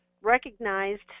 recognized